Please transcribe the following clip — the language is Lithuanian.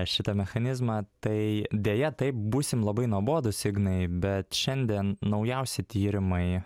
šitą mechanizmą tai deja taip būsim labai nuobodūs ignai bet šiandien naujausi tyrimai